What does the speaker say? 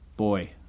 Boy